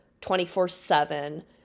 24-7